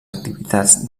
activitats